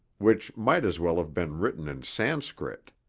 which might as well have been written in sanskrit.